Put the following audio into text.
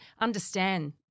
Understand